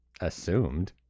assumed